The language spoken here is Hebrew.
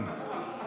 כי מדברים.